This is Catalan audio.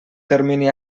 termini